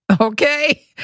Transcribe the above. Okay